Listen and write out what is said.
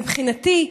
מבחינתי,